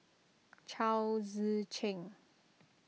Chao Tzee Cheng